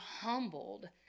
humbled